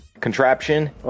contraption